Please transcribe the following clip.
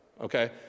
okay